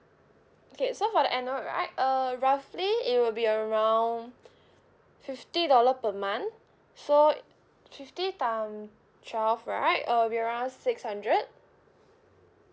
okay so for the annual right uh roughly it will be around fifty dollar per month so fifty time twelve right uh will be around six hundred